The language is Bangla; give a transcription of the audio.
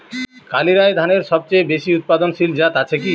কালিরাই ধানের সবচেয়ে বেশি উৎপাদনশীল জাত আছে কি?